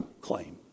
claim